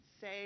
say